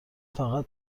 فقط